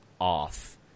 off